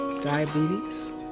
diabetes